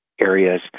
areas